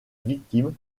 victime